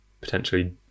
potentially